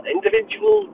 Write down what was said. Individual